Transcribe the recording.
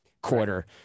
quarter